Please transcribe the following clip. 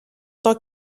tant